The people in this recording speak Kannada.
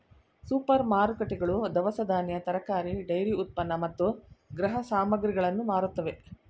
ಸೂಪರ್ ಮಾರುಕಟ್ಟೆಗಳು ದವಸ ಧಾನ್ಯ, ತರಕಾರಿ, ಡೈರಿ ಉತ್ಪನ್ನ ಮತ್ತು ಗೃಹ ಸಾಮಗ್ರಿಗಳನ್ನು ಮಾರುತ್ತವೆ